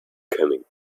upcoming